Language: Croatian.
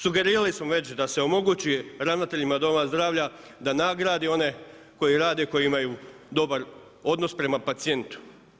Sugerirali smo već da se omogući ravnateljima domova zdravlja, da nagrade one koji rade, koji imaju dobar odnos prema pacijentu.